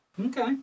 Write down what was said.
Okay